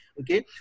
Okay